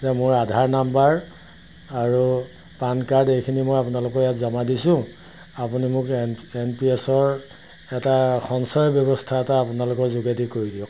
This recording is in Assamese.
মোৰ আধাৰ নাম্বাৰ আৰু পান কাৰ্ড এইখিনি মই আপোনালোকৰ ইয়াত জমা দিছোঁ আপুনি মোক এন এন পি এছৰ এটা সঞ্চয়ৰ ব্যৱস্থা এটা আপোনালোকৰ যোগেদি কৰি দিয়ক